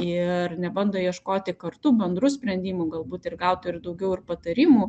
ir nebando ieškoti kartu bendrų sprendimų galbūt ir gauti ir daugiau ir patarimų